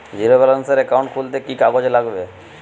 Zero ব্যালেন্সের account খুলতে কি কি কাগজ লাগবে?